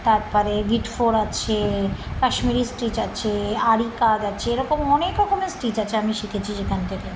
তারপরে গিটফোঁড় আছে কাশ্মীরি স্টিচ আছে আরিকা আছে এরকম অনেক রকমের স্টিচ আছে আমি শিখেছি সেখান থেকে